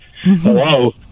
hello